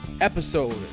episode